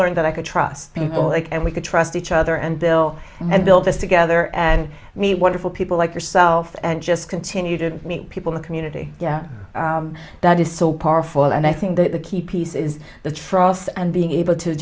learned that i could trust people and we could trust each other and bill and build us together and meet wonderful people like yourself and just continue to meet people in the community yeah that is so powerful and i think that the key piece is the trust and being able to